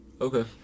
okay